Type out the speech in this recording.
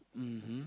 mmhmm